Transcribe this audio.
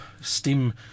steam